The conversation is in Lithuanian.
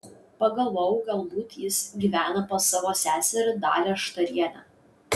pagalvojau galbūt jis gyvena pas savo seserį dalią štarienę